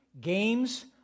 games